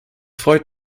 freut